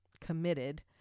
committed